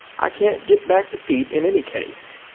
i can't get back the feet in any case.